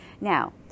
Now